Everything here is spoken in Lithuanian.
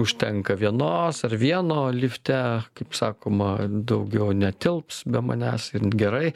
užtenka vienos ar vieno lifte kaip sakoma daugiau netilps be manęs ir gerai